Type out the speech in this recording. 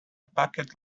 packed